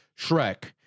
Shrek